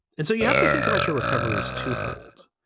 and so you have to think about your recovery is two fold.